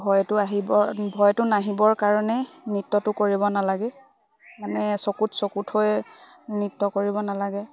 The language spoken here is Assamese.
ভয়টো আহিব ভয়টো নাহিবৰ কাৰণে নৃত্যটো কৰিব নালাগে মানে চকুত চকুত হৈ নৃত্য কৰিব নালাগে